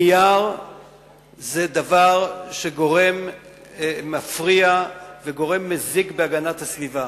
נייר זה דבר שמפריע וגורם מזיק בהגנת הסביבה,